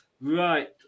Right